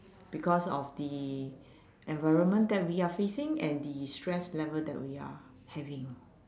because of the environment we are facing and the stress level that we are having